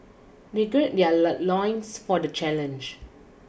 they gird their loins for the challenge